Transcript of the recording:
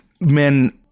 men